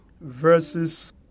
verses